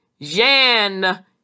Jan